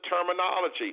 terminology